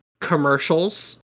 commercials